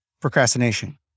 Procrastination